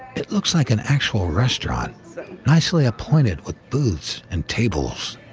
it looks like an actual restaurant nicely appointed with booths and tables.